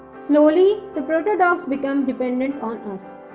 slowly, the proto-dogs became dependent on us.